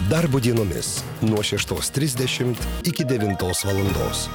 darbo dienomis nuo šeštos trisdešimt iki devintos valandos